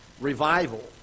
revival